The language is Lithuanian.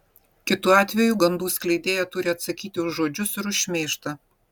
kitu atveju gandų skleidėja turi atsakyti už žodžius ir už šmeižtą